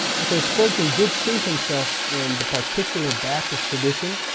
and so spurgeon did see himself in the particular baptist tradition,